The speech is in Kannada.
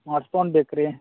ಸ್ಮಾರ್ಟ್ ಫೋನ್ ಬೇಕು ರೀ